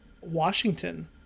Washington